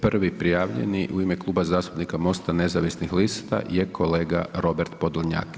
Prvi prijavljeni u ime Kluba zastupnika MOSTA nezavisnih lista je kolega Robert Podolnjak.